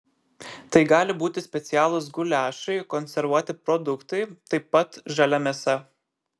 tai gali būti specialūs guliašai konservuoti produktai taip pat žalia mėsa